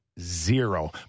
zero